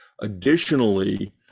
Additionally